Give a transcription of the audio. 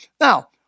now